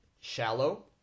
shallow